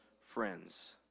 friends